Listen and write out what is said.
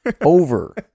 over